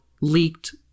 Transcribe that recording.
leaked